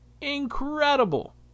incredible